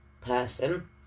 person